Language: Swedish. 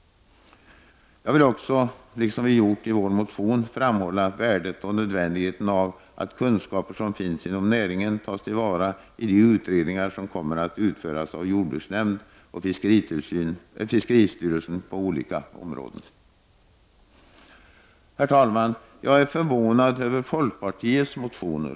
Jag vill också, liksom vi har gjort i vår motion, framhålla värdet och nödvändigheten av att kunskaper som finns inom näringen tas till vara i de utredningar som på olika områden kommer att utföras av jordbruksnämnden och fiskeristyrelsen. Herr talman! Jag är förvånad över folkpartiets motioner.